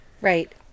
Right